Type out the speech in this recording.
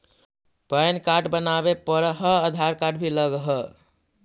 Pan card बनावे पडय है आधार कार्ड भी लगहै?